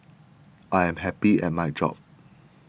I am happy at my job